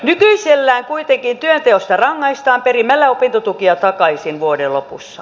nykyisellään kuitenkin työnteosta rangaistaan perimällä opintotukia takaisin vuoden lopussa